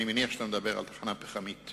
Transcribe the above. אני מניח שאתה מדבר על תחנה פחמית,